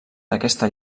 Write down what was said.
d’aquesta